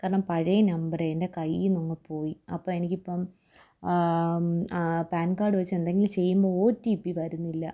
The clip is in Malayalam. കാരണം പഴയ നമ്പറെ എൻ്റെ കയ്യിന്നൊന്ന് പോയി അപ്പോള് എനിക്കിപ്പോള് പാൻ കാർഡ് വെച്ച് എന്തെങ്കിലും ചെയ്യുമ്പോള് ഒ റ്റി പി വരുന്നില്ല